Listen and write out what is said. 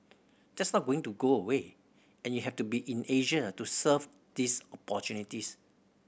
that's not going to go away and you have to be in Asia to serve these opportunities